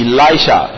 Elisha